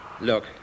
Look